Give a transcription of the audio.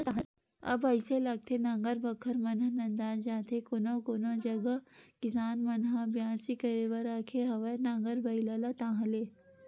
अब अइसे लागथे नांगर बखर मन ह नंदात जात हे कोनो कोनो जगा किसान मन ह बियासी करे बर राखे हवय नांगर बइला ला ताहले